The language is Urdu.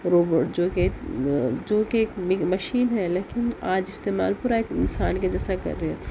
روبوٹ جو کہ جو کہ ایک مشین ہے لیکن آج استعمال پورا ایک انسان کے جیسا کر رہی ہے